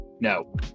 No